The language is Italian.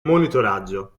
monitoraggio